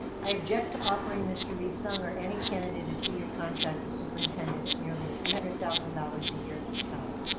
i object to offering mr. lee-sung or any candidate a two year contract, the superintendent at nearly three hundred thousand dollars a year at this time.